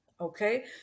okay